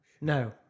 No